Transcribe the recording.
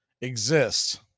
exist